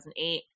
2008